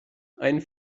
einen